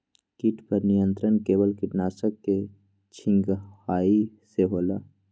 किट पर नियंत्रण केवल किटनाशक के छिंगहाई से होल?